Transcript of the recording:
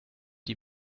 die